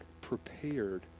prepared